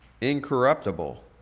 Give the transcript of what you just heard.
incorruptible